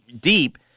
deep